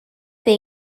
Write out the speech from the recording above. they